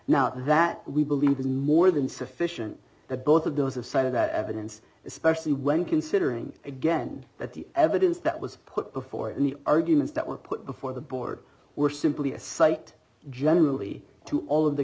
now that we believe is more than sufficient that both of those of side of that evidence especially when considering again that the evidence that was put before in the arguments that were put before the board were simply a site generally to all of the